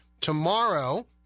Tomorrow